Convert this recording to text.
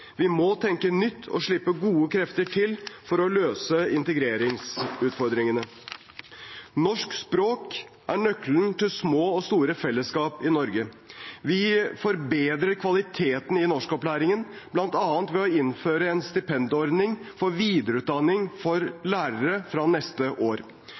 Vi må tenke nytt og slippe gode krefter til for å løse integreringsutfordringene. Norsk språk er nøkkelen til små og store fellesskap i Norge. Vi forbedrer kvaliteten i norskopplæringen, bl.a. ved å innføre en stipendordning for videreutdanning for lærere fra neste år.